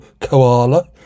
Koala